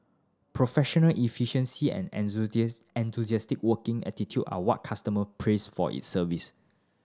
professional efficiency and enthusiastic working attitude are what customer praise for its service